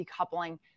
decoupling